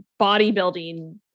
bodybuilding